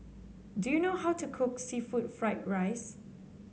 do you know how to cook seafood Fried Rice